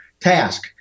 task